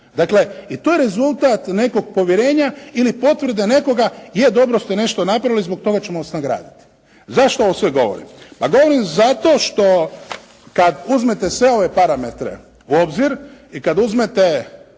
Dakle, i to je rezultat nekog povjerenja ili potvrda nekoga, je dobro ste nešto napravili zbog toga ćemo vas nagraditi. Zašto ovo sve govorim? Pa govorim zato što kad uzmete sve ove parametre u obzir i kad uzmete